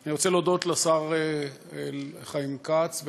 אני רוצה להודות לשר חיים כץ,